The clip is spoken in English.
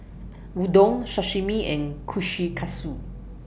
Udon Sashimi and Kushikatsu